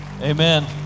amen